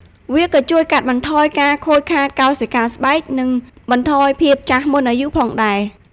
វាក៏ជួយកាត់បន្ថយការខូចខាតកោសិកាស្បែក និងបន្ថយភាពចាស់មុនអាយុផងដែរ។